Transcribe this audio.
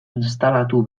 instalatu